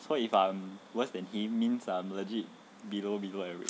so if I'm worse than he means I'm legit below below average